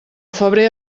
febrer